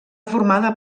formada